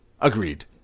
Agreed